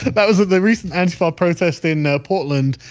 that was of the recent nfl protest in portland.